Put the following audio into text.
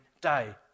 day